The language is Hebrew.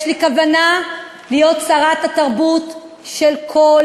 יש לי כוונה להיות שרת התרבות של כל